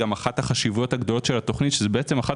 אחת החשיבויות הגדולות של התכנית היא שזוהי אחת